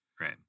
Right